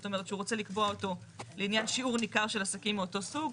זאת אומרת שהוא רוצה לקבוע אותו לעניין שיעור ניכר של עסקים מאותו סוג,